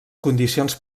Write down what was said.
condicions